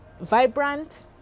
vibrant